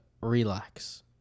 relax